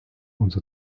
unser